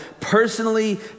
personally